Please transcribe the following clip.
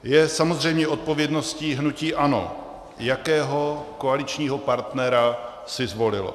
Je samozřejmě odpovědností hnutí ANO, jakého koaličního partnera si zvolilo.